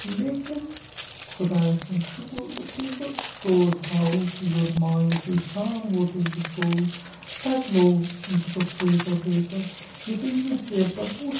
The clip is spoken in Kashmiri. لیکن خۄدایس کُن شُکر یُتھُے بہٕ تور درٛاوُس یور مایوٗسی سان ووتُس بہٕ تور تَتہِ لوٚگ دِتُکھ پیپر ویپر یُتھے مےٚ پیپر وُچھ